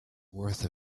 worth